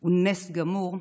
הוא נס גמור,